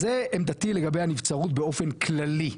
זה עמדתי לגבי הנבצרות באופן כללי.